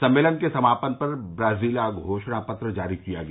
सम्मेलन के समापन पर ब्राजीला घोषणा पत्र जारी किया गया